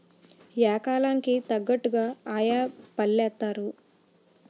yeah కాలం కి తగ్గట్టుగా ఆయా పంటలేత్తారు